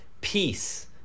peace